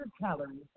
calories